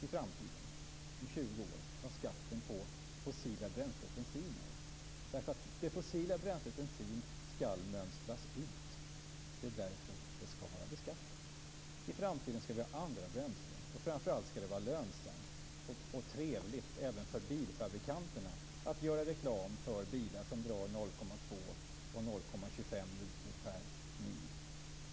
Det fossila bränslet bensin skall nämligen mönstras ut. Det är därför det skall vara beskattat. I framtiden skall vi ha andra bränslen. Framför allt skall det vara lönsamt och trevligt även för bilfabrikanterna att göra reklam för bilar som drar 0,2 och 0,25 liter per mil.